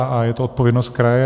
A je to odpovědnost kraje.